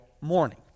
morning